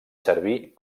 servir